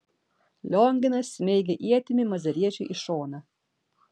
lionginas smeigė ietimi nazariečiui į šoną